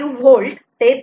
5V ते 3